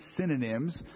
synonyms